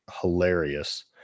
hilarious